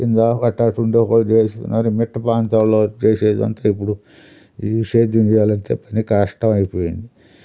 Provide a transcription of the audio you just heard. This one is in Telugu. ఇందా అట్టట్టా ఉండే కొద్దీ వేస్తున్నారు చేసిన మిట్ట ప్రాంతాల్లో చేసే అంతా ఇప్పుడు ఈ సేద్యం చేయాలంటే పని కష్టం అయిపోయింది